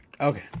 Okay